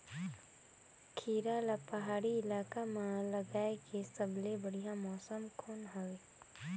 खीरा ला पहाड़ी इलाका मां लगाय के सबले बढ़िया मौसम कोन हवे?